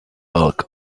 bulk